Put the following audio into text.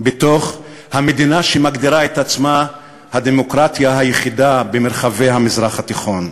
בתוך המדינה שמגדירה את עצמה הדמוקרטיה היחידה במרחבי המזרח התיכון.